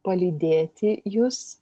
palydėti jus